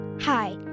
Hi